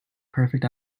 perfect